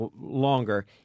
longer